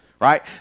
Right